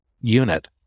unit